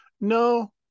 No